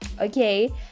Okay